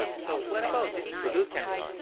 so what about this blue candle?